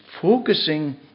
focusing